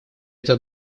это